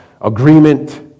agreement